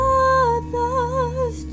others